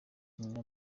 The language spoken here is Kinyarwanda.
nyina